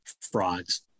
frauds